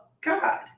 God